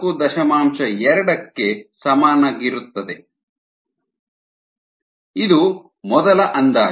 2 ಕ್ಕೆ ಸಮನಾಗಿರುತ್ತದೆ ಇದು ಮೊದಲ ಅಂದಾಜು